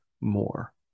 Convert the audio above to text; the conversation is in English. more